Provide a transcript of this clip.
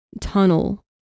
tunnel